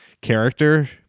character